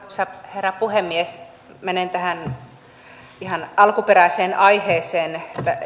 herra puhemies menen ihan tähän alkuperäiseen aiheeseen